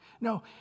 No